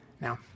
Now